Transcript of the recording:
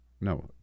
No